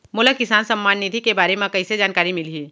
मोला किसान सम्मान निधि के बारे म कइसे जानकारी मिलही?